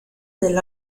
del